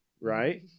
right